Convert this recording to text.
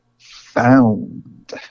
Found